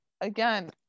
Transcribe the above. again